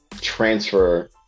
transfer